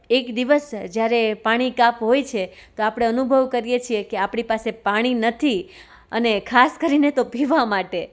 એક દિવસ જ્યારે પાણી કાપ હોય છે તો આપણો અનુભવ કરીએ છે કે આપણી પાસે પાણી નથી અને ખાસ કરીને તો પીવા માટે